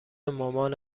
مامان